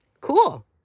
Cool